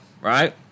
right